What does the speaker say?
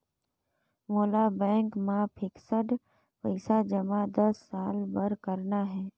मोला बैंक मा फिक्स्ड पइसा जमा दस साल बार करना हे?